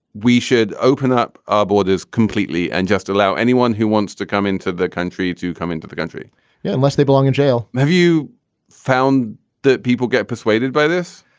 we should open up ah borders completely and just allow anyone who wants to come into the country to come into the country yeah unless they belong in jail. have you found that people get persuaded by this?